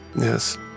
yes